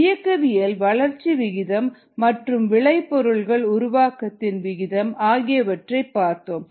இயக்கவியல் வளர்ச்சி விகிதம் மற்றும் விளைபொருள்கள் உருவாக்கத்தின் விகிதம் ஆகியவற்றைப் பார்த்தோம்